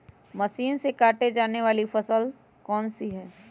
Machine से काटे जाने वाली कौन सी फसल है?